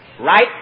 right